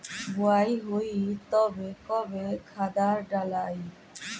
बोआई होई तब कब खादार डालाई?